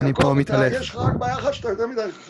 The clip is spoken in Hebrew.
אני פה מתהלך. יש לך רק בעיה אחת, שאתה יותר מדי...